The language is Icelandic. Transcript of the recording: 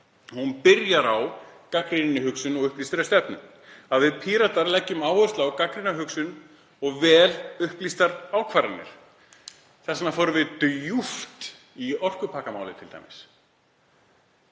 Hún byrjar á gagnrýninni hugsun og upplýstri stefnu, að við Píratar leggjum áherslu á gagnrýna hugsun og vel upplýstar ákvarðanir. Þess vegna fórum við t.d. djúpt í orkupakkamálið.